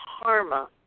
karma